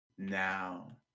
Now